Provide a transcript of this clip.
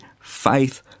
faith